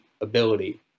ability